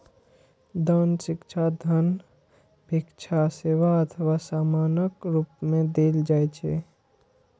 दान शिक्षा, धन, भिक्षा, सेवा अथवा सामानक रूप मे देल जाइ छै